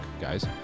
guys